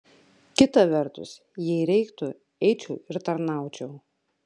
kita vertus jei reiktų eičiau ir tarnaučiau